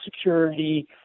security